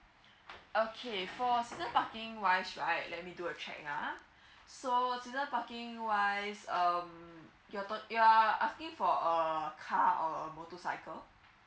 okay for season parking wise right let me do a check ah so season parking wise um you're ta~ you are asking for a car or motorcycle